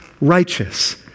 righteous